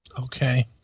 Okay